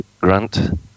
Grant